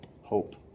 hope